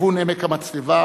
לכיוון עמק המצלבה,